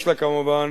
יש לה, כמובן,